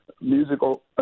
musical